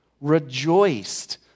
rejoiced